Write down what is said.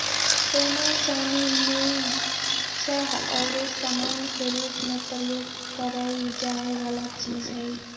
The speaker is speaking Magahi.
सोना, चानी, नुन, चाह आउरो समान के रूप में प्रयोग करए जाए वला चीज हइ